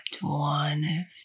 one